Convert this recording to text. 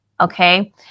Okay